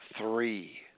three